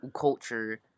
culture